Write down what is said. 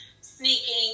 sneaking